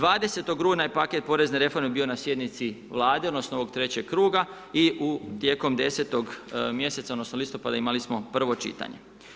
20. rujna je paket porezne reforme bio na sjednici Vlade, odnosno ovog trećeg kruga i u tijekom 10. mjeseca odnosno listopada imali smo prvo čitanje.